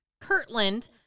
Kirtland